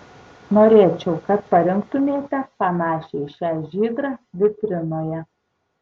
norėčiau kad parinktumėte panašią į šią žydrą vitrinoje